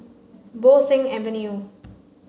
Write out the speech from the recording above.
Bo Seng Avenue